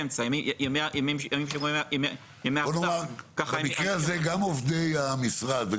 מעדיף להכניס את זה לנוסח שמתגבש לאור